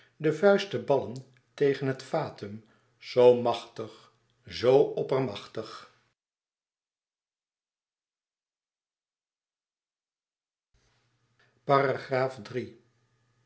de vuist te ballen tegen het fatum zoo machtig zoo oppermachtig